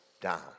down